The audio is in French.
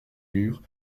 murs